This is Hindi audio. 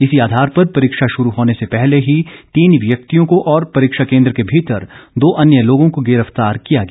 इसी आधार पर परीक्षा शुरू होने से पहले ही तीन व्यक्तियों को और परीक्षा केंद्र के भीतर दो अन्य लोगों को गिरफ्तार किया गया